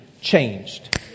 changed